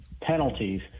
penalties